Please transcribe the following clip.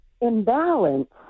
imbalance